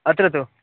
अत्र तु